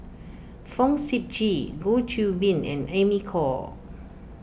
Fong Sip Chee Goh Qiu Bin and Amy Khor